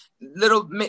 little